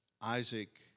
Isaac